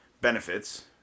benefits